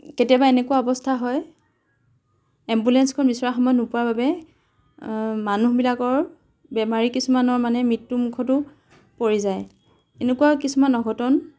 কেতিয়াবা এনেকুৱা অৱস্থা হয় এম্বুলেঞ্চখন বিচৰাৰ সময়ত নোপোৱাৰ বাবে মানুহবিলাকৰ বেমাৰী কিছুমানৰ মানে মৃত্যুমুখতো পৰি যায় এনেকুৱা কিছুমান অঘটন